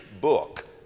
book